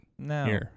No